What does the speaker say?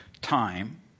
time